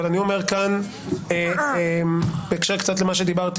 אבל אני אומר כאן בהקשר קצת למה שדיברתי